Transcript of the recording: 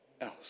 else